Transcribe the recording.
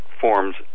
forms